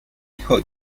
joy